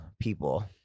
people